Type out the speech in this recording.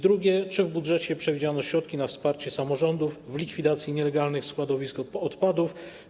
Drugie: Czy w budżecie przewidziano środki na wsparcie samorządów w zakresie likwidacji nielegalnych składowisk odpadów?